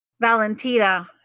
Valentina